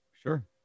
Sure